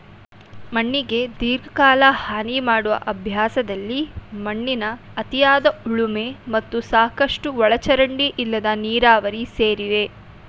ಮಣ್ಣಿಗೆ ದೀರ್ಘಕಾಲ ಹಾನಿಮಾಡುವ ಅಭ್ಯಾಸದಲ್ಲಿ ಮಣ್ಣಿನ ಅತಿಯಾದ ಉಳುಮೆ ಮತ್ತು ಸಾಕಷ್ಟು ಒಳಚರಂಡಿ ಇಲ್ಲದ ನೀರಾವರಿ ಸೇರಿವೆ